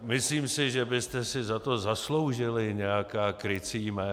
Myslím si, že byste si za to zasloužili nějaká krycí jména.